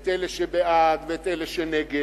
את אלה שבעד ואת אלה שנגד,